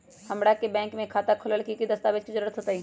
हमरा के बैंक में खाता खोलबाबे ला की की दस्तावेज के जरूरत होतई?